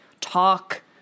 talk